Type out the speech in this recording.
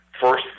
first